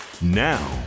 now